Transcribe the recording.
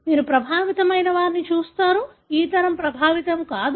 మీరు ప్రభావితం అయినవారిని చూస్తారు ఈ తరం ప్రభావితం కాదు